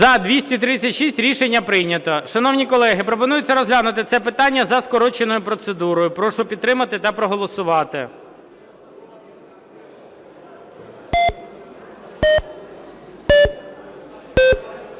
За-236 Рішення прийнято. Шановні колеги, пропонується розглянути це питання за скороченою процедурою. Прошу підтримати та проголосувати.